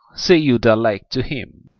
say you the like to him?